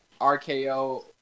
RKO